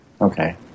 okay